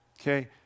Okay